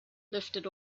lifted